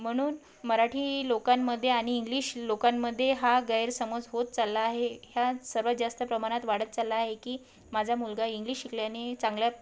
म्हणून मराठी लोकांमध्ये आणि इंग्लिश लोकांमध्ये हा गैरसमज होत चालला आहे ह्या सर्वात जास्त प्रमाणात वाढत चालला आहे की माझा मुलगा इंग्लिश शिकल्याने चांगल्या